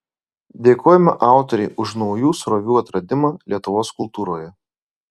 dėkojame autorei už naujų srovių atradimą lietuvos kultūroje